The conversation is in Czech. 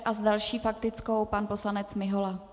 S další faktickou pan poslanec Mihola.